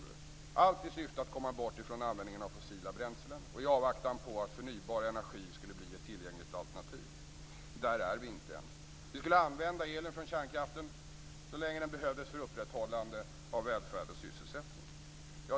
Allt detta gjordes i syfte att komma bort från användningen av fossila bränslen, och i avvaktan på att förnybar energi skulle bli ett tillgängligt alternativ. Där är vi inte än. Vi skulle använda elen från kärnkraften så länge den behövdes för upprätthållande av välfärd och sysselsättning.